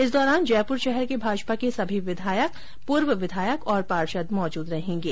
इस दौरान जयपुर शहर के भाजपा के सभी विधायक पूर्व विधायक और पार्षद मौजूद रहेंगे